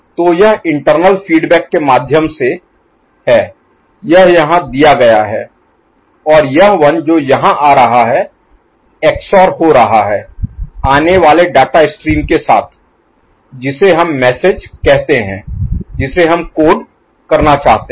तो यह internal feedback के माध्यम से है यह यहाँ दिया गया है और यह 1 जो यहाँ आ रहा है XOR हो रहा है आने वाले डाटा स्ट्रीम के साथ जिसे हम मैसेज Message संदेश कहते हैं जिसे हम कोड करना चाहते हैं